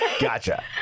Gotcha